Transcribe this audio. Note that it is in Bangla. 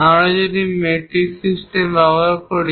আমরা যদি মেট্রিক সিস্টেম ব্যবহার করি